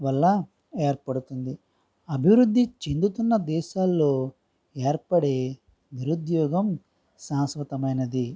వల్ల ఏర్పడుతుంది అభివృద్ధి చెందుతున్న దేశాల్లో ఏర్పడే నిరుద్యోగం శాశ్వతమైనది